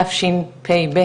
תשפ"ב,